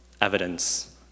evidence